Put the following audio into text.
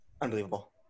unbelievable